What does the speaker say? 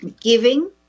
giving